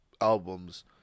albums